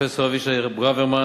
פרופסור אבישי ברוורמן,